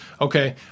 Okay